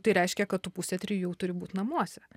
tai reiškia kad tu pusę trijų turi būti namuose